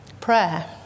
prayer